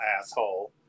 asshole